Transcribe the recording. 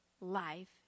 life